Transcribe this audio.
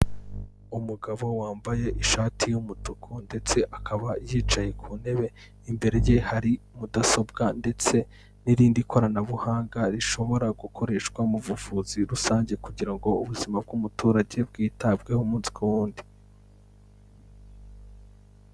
Umugabo wambaye ishati y'umutuku ndetse akaba yicaye ku ntebe imbere ye hari mudasobwa ndetse n'irindi koranabuhanga rishobora gukoreshwa mu buvuzi rusange kugira ngo ubuzima bw'umuturage bwitabweho umunsi ku wundi.